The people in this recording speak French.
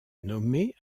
nommée